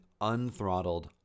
unthrottled